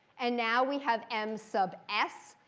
and now we have m sub s.